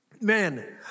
Man